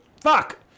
Fuck